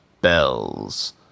bells